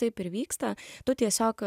taip ir vyksta tu tiesiog